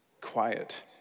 Quiet